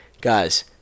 guys